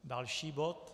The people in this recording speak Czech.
Další bod.